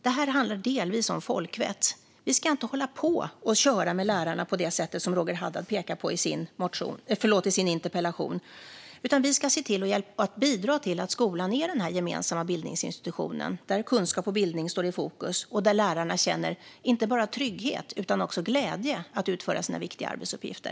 Det här handlar delvis om folkvett. Vi ska inte hålla på och köra med lärarna på det sätt som Roger Haddad pekar på i sin interpellation. I stället ska vi se till att bidra till att skolan är den gemensamma bildningsinstitution vi vill att den ska vara, där kunskap och bildning står i fokus och där lärarna känner inte bara trygghet utan också glädje i att utföra sina viktiga arbetsuppgifter.